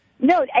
No